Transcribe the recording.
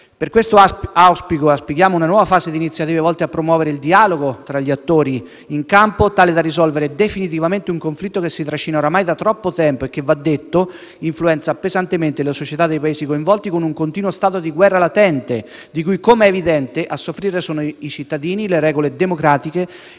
Per questo auspico e auspichiamo una nuova fase di iniziative volte a promuovere il dialogo tra gli attori in campo, tale da risolvere definitivamente un conflitto che si trascina ormai da troppo tempo e che, va detto, influenza pesantemente le società dei Paesi coinvolti, con un continuo stato di guerra latente, di cui, come è evidente, a soffrire sono i cittadini, le regole democratiche